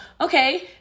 okay